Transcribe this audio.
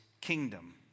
kingdom